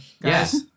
Yes